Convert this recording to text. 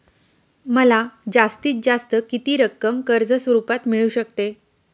मला जास्तीत जास्त किती रक्कम कर्ज स्वरूपात मिळू शकते?